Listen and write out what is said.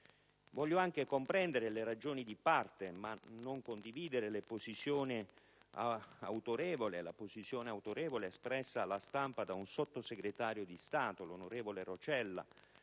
Voglio anche comprendere le ragioni di parte, ma non condividere la posizione autorevole espressa alla stampa da un sottosegretario di Stato, l'onorevole Roccella,